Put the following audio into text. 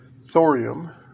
thorium